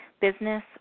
business